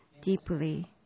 deeply